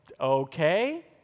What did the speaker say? okay